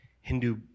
Hindu